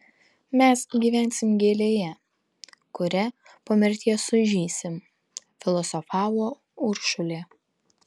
mes gyvensim gėlėje kuria po mirties sužysim filosofavo uršulė